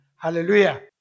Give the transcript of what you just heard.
Hallelujah